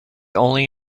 only